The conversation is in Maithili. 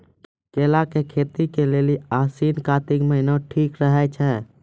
केला के खेती के लेली आसिन कातिक महीना ठीक रहै छै